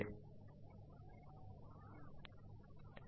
Thank you for sharing the result of the exercise at tale